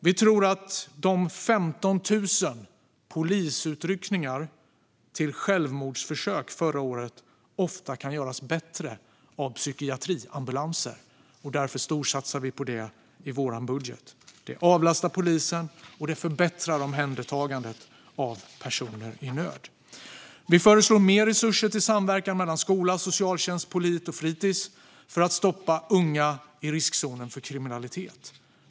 Vi tror att de 15 000 polisutryckningar till självmordsförsök som gjordes förra året ofta kan göras bättre av psykiatriambulanser. Därför storsatsar vi på det i vår budget. Det avlastar polisen och förbättrar omhändertagandet av personer i nöd. Vi föreslår mer resurser till samverkan mellan skola, socialtjänst, polis och fritis för att stoppa unga i riskzonen för kriminalitet.